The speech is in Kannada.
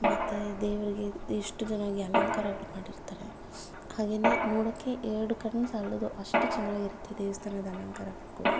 ಮತ್ತೆ ದೇವರಿಗೆ ಇಷ್ಟು ಚೆನ್ನಾಗಿ ಅಲಂಕಾರಗಳು ಮಾಡಿರ್ತಾರೆ ಹಾಗೇನೆ ನೋಡೋಕೆ ಎರಡು ಕಣ್ಣು ಸಾಲದು ಅಷ್ಟು ಚೆನ್ನಾಗಿರುತ್ತೆ ದೇವಸ್ಥಾನದ ಅಲಂಕಾರಗಳು ಕೂಡ